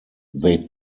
they